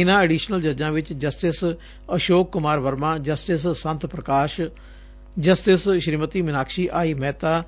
ਇਨਾਂ ਅਡੀਸ਼ਨਲ ਜੱਜਾਂ ਵਿਚ justice Ashok Kumar Verma justice Sant Parkash justice Shrimati Minakshi I Mehta